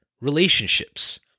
relationships